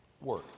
work